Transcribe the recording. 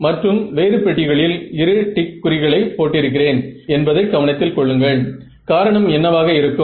அதன் மதிப்பு தோராயமாக 75 லிருந்து 80 ஓம்ஸ் வரை இருக்கும்